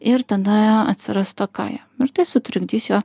ir tada atsiras stoka jam ir tai sutrikdys jo